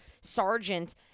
Sergeant